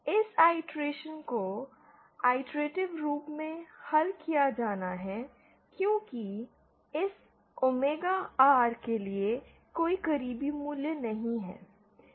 इस इक्वेशन को आईटरेटीव रूप से हल किया जाना है क्योंकि इस ओमेगा आर के लिए कोई क़रीबी मूल्य नहीं है